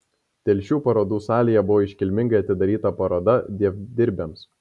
telšių parodų salėje buvo iškilmingai atidaryta paroda dievdirbiams